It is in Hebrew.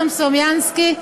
ניסן סלומינסקי,